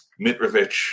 Mitrovic